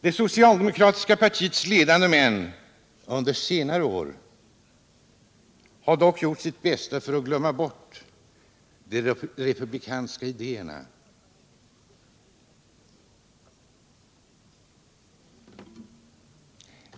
Det socialdemokratiska partiets ledande män under senare år har dock gjort sitt bästa för att glömma bort de republikanska idéerna.